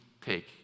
take